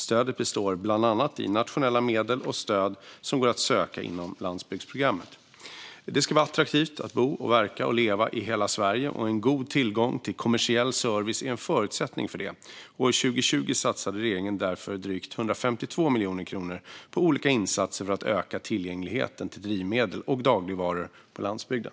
Stödet består bland annat i nationella medel och stöd som går att söka inom landsbygdsprogrammet. Det ska vara attraktivt att bo, verka och leva i hela Sverige, och en god tillgång till kommersiell service är en förutsättning för det. År 2020 satsade regeringen därför drygt 152 miljoner kronor på olika insatser för att öka tillgängligheten till drivmedel och dagligvaror på landsbygden.